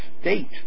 state